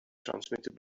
transmitted